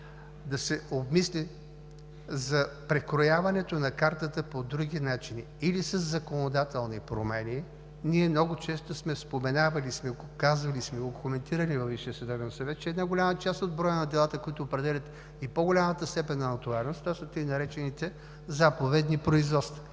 да се обмисли прекрояването на картата по други начини или със законодателни промени. Ние много пъти сме казвали и сме го коментирали във ВСС, че една голяма част от броя на делата, които определят и по-голямата степен на натовареност, са така наречените заповедни производства.